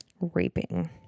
raping